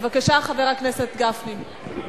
בבקשה, חבר הכנסת גפני.